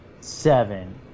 seven